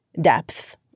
depth